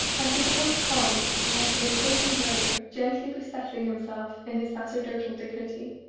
as he becomes calm he has an imposing way of gently resettling himself in his sacerdotal dignity.